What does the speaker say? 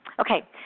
okay